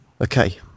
Okay